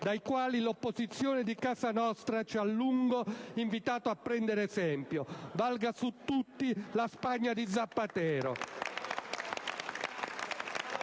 dai quali l'opposizione di casa nostra ci ha a lungo invitato a prendere esempio: valga su tutti la Spagna di Zapatero